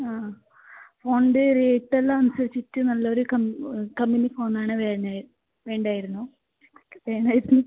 ആ ഫോണിൻ്റെ റേറ്റ് എല്ലാം അനുസരിച്ചിട്ട് നല്ല ഒരു കമ്പനി ഫോൺ ആണ് വേണ്ടത് വേണായിരുന്നു വേണായിരുന്നു